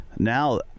now